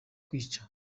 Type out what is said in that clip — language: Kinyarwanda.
kwicwa